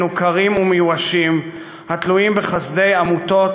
מנוכרים ומיואשים התלויים בחסדי עמותות